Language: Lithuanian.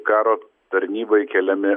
karo tarnybai keliami